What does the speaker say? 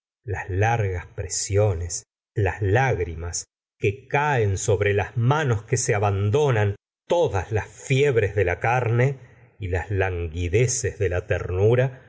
las largas presiones las lágrimas que caen sobre las manos que se abandonan todas las fiebre de la carne y las languideces de la ternura